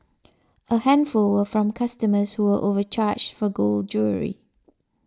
a handful were from customers who were overcharged for gold jewellery